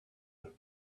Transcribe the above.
with